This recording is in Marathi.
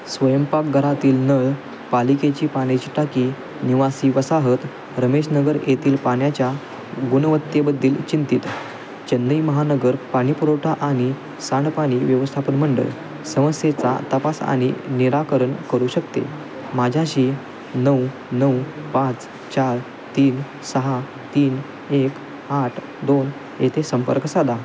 स्वयंपाकघरातील नळ पालिकेची पाण्याची टाकी निवासी वसाहत रमेशनगर येथील पाण्याच्या गुणवत्तेबद्दल चिंतीत चेन्नई महानगर पाणी पुरवठा आणि सांडपाणी व्यवस्थापन मंडळ समस्येचा तपास आणि निराकरण करू शकते माझ्याशी नऊ नऊ पाच चार तीन सहा तीन एक आठ दोन येथे संपर्क साधा